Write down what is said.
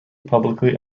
publicly